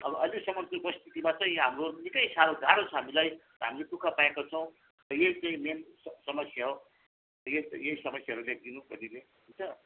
अब अहिलेसम्म त्यो परिस्थितिमामा चाहिँ यहाँ हाम्रो निकै साह्रो गाह्रो छ हामीलाई हामीले दुःख पाएको छौँ यो चाहिँ मेन स समस्या हो यही यही समस्याहरू लेख्दिनु छोरीले हुन्छ